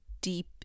deep